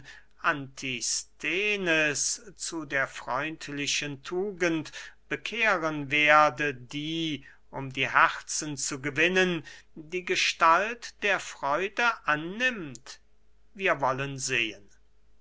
antisthenes zu der freundlichen tugend bekehren werde die um die herzen zu gewinnen die gestalt der freude annimmt wir wollen sehen